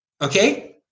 okay